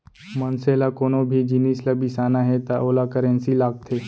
मनसे ल कोनो भी जिनिस ल बिसाना हे त ओला करेंसी लागथे